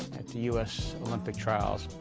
at the u s. olympic trials,